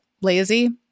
lazy